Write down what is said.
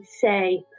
say